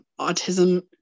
autism